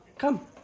come